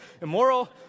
immoral